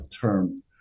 Term